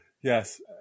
Yes